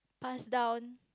pass down